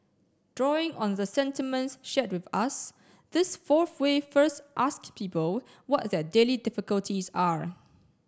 drawing on the sentiments shared with us this fourth way first ask people what their daily difficulties are